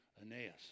Aeneas